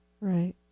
Right